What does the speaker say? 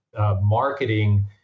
marketing